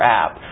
app